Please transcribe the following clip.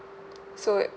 so it